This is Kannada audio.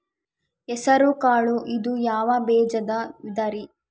ಹೆಸರುಕಾಳು ಇದು ಯಾವ ಬೇಜದ ವಿಧರಿ?